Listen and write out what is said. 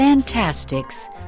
Fantastics